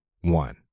one